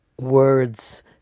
words